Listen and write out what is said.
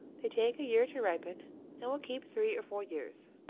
they take a year to ripen and will keep three or four years.